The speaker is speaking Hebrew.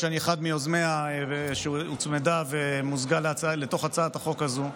אני אחד מיוזמי הצעה שהוצמדה ומוזגה לתוך הצעת החוק הזאת.